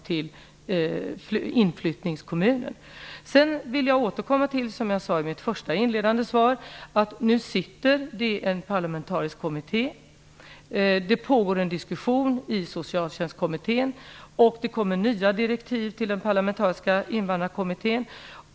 Det pågår en diskussion i Socialtjänstkommittén, och som jag sade i mitt inledande svar ser nu en parlamentarisk kommitté, som får nya direktiv, över invandrarpolitiken.